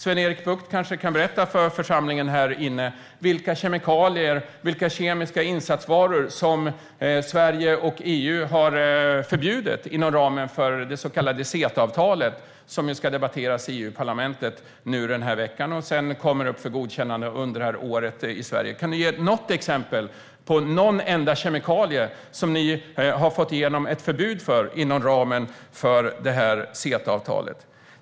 Sven-Erik Bucht kanske kan berätta för församlingen här inne vilka kemikalier och vilka kemiska insatsvaror som Sverige och EU har förbjudit inom ramen för det så kallade CETA-avtalet som ska debatteras i EU-parlamentet denna vecka och sedan kommer upp för godkännande i Sverige under det här året. Kan du ge något exempel på någon enda kemikalie som ni har fått igenom ett förbud för inom ramen för CETA-avtalet?